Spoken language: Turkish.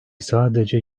sadece